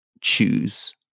choose